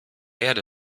erde